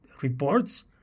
reports